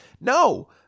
no